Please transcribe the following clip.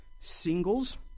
singles